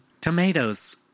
Tomatoes